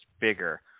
bigger